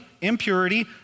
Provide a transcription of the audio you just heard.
impurity